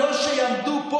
אתה מקבל הוראות מנוני.